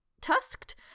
tusked